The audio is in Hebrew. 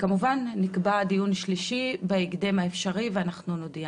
נקבע דיון שליש בהקדם האפשרי ונודיע.